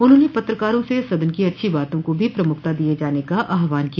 उन्होंने पत्रकारों से सदन की अच्छी बातों को भी प्रमुखता दिये जाने का आहवान किया